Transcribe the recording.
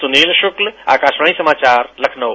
सुनील शुक्ला आकाशवाणी समाचार लखनऊ